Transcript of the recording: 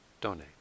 donate